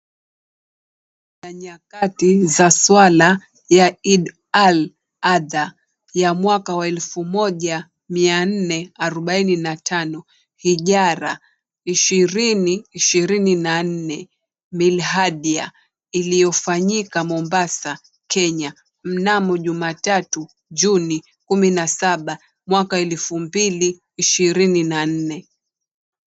Nyakati za swalaa ya Eid Ul Adha ya mwaka wa 1445/2024 milhadya iliyofanyika Mombasa Kenya Mnamo jumatatu, Juni 17 mwaka 2024.